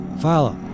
Follow